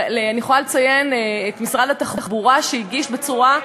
אני יכולה לציין את משרד התחבורה, שהגיש בצורה,